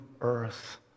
earth